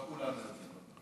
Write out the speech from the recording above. אבל לא כולנו יודעים.